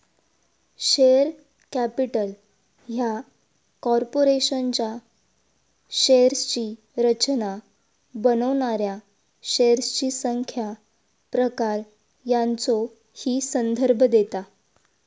share capital ह्या कॉर्पोरेशनच्या शेअर्सची रचना बनवणाऱ्या शेअर्सची संख्या, प्रकार यांचो ही संदर्भ देता